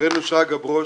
חברנו שרגא ברוש